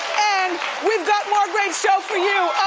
and we've got more great show for you.